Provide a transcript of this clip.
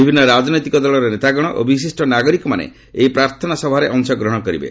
ବିଭିନ୍ନ ରାଜନୈତିକ ଦଳର ନେତାଗଣ ଓ ବିଶିଷ୍ଟ ନାଗରିକମାନେ ଏହି ପ୍ରାର୍ଥନା ସଭାରେ ଅଂଶଗ୍ରହଣ କରିବେ